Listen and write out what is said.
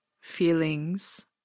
feelings